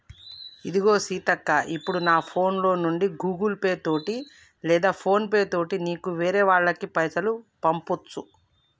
ఇదిగో సీతక్క ఇప్పుడు నా ఫోన్ లో నుండి గూగుల్ పే తోటి లేదా ఫోన్ పే తోటి నీకు వేరే వాళ్ళకి పైసలు పంపొచ్చు